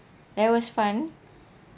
that was fun